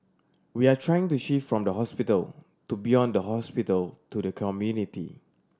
we are trying to shift from the hospital to beyond the hospital to the community